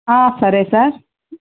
సరే సార్